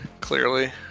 clearly